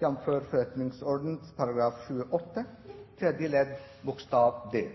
forretningsordenens § 28 tredje ledd bokstav d.